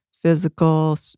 physical